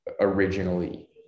originally